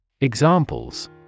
Examples